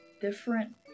different